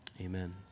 amen